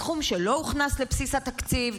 סכום שלא הוכנס לבסיס התקציב,